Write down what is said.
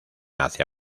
hacia